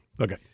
Okay